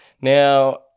Now